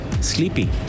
sleepy